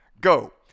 go